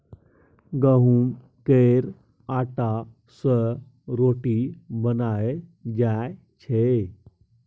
गहुँम केर आँटा सँ रोटी बनाएल जाइ छै